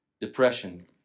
Depression